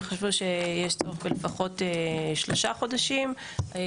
וחשבו שיש צורך בשלושה חודשים לפחות.